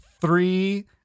three